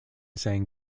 sang